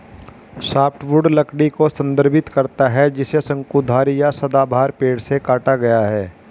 softwood लकड़ी को संदर्भित करता है जिसे शंकुधारी या सदाबहार पेड़ से काटा गया है